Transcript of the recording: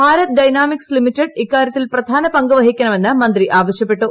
Bharat Dynamics Limited ഇക്കാരൃത്തിൽ പ്രധാന പങ്ക് വഹിക്കണമെന്ന് മന്ത്രി ആവശൃപ്പെട്ടു